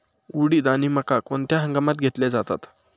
उडीद आणि मका कोणत्या हंगामात घेतले जातात?